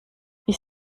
ich